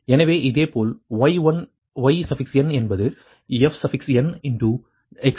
எனவே இதேபோல் yn என்பது fnx10 x20